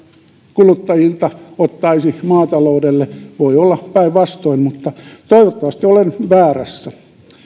kuluttajilta ottaisi maataloudelle voi olla päinvastoin mutta toivottavasti olen väärässä